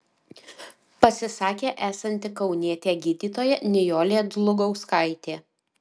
pasisakė esanti kaunietė gydytoja nijolė dlugauskaitė